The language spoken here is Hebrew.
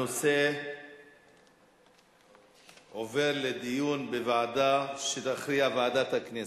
הנושא עובר לדיון בוועדה שתכריע לגביה ועדת הכנסת.